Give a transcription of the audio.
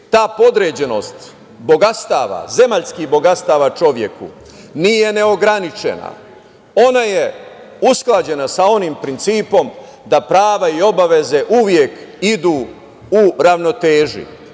ta podređenost bogatstava, zemaljskih bogatstava čoveku, nije neograničena. Ona je usklađena sa onim principom da prava i obaveze uvek idu u ravnoteži.